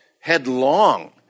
headlong